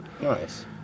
Nice